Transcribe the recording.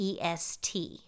EST